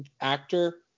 actor